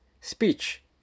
speech